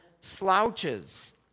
slouches